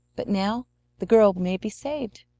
but now the girl may be saved,